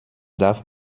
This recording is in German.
darf